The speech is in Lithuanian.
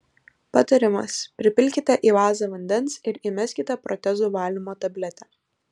patarimas pripilkite į vazą vandens ir įmeskite protezų valymo tabletę